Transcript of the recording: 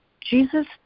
Jesus